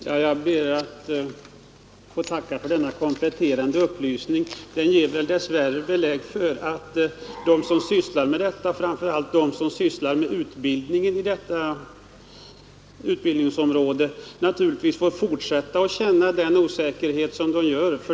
Herr talman! Jag ber att få tacka för denna kompletterande upplysning. Den ger dess värre belägg för att de som sysslar med utbildningen på detta område får fortsätta att känna osäkerhet.